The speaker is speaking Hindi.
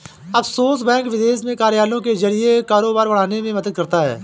ऑफशोर बैंक विदेश में कार्यालयों के जरिए कारोबार बढ़ाने में मदद करता है